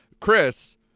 Chris